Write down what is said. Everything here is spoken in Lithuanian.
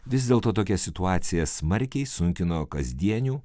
vis dėlto tokia situacija smarkiai sunkino kasdienių